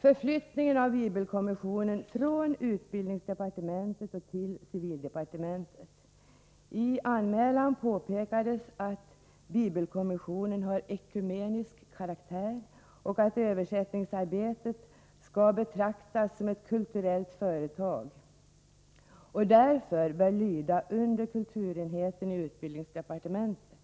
förflyttningen av bibelkommissionen från utbildningsdepartementet till civildepartementet. I anmälan påpekades att bibelkommissionen har ekumenisk karaktär och att översättningsarbetet skall betraktas som ett kulturellt företag och därför bör lyda under kulturenheten i utbildningsdepartementet.